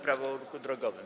Prawo o ruchu drogowym.